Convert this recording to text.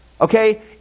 okay